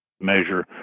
measure